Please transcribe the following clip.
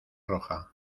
roja